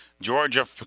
Georgia